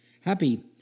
Happy